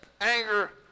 anger